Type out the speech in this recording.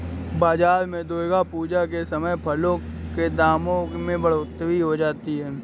बाजार में दुर्गा पूजा के समय फलों के दामों में बढ़ोतरी हो जाती है